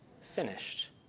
finished